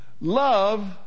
Love